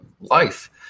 life